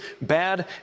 bad